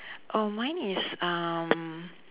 oh mine is um